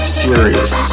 serious